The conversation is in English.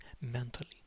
mentally